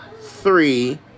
three